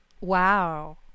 Wow